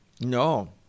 No